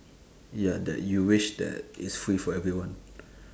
ya that you wish that it's free for everyone